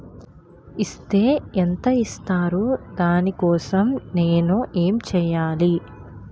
Is తే ఎంత ఇస్తారు దాని కోసం నేను ఎంచ్యేయాలి?